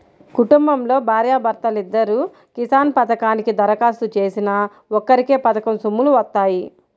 కుటుంబంలో భార్యా భర్తలిద్దరూ కిసాన్ పథకానికి దరఖాస్తు చేసినా ఒక్కరికే పథకం సొమ్ములు వత్తాయి